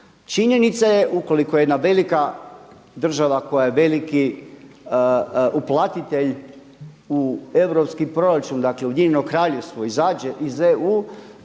Činjenica je, ukoliko jedna velika država, koja je veliki uplatitelj u europski proračun, dakle Ujedinjeno Kraljevstvo izađe iz EU